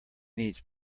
needs